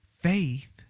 Faith